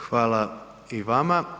Hvala i vama.